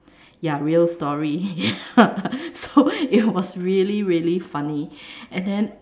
ya real story ya so it was really really funny and then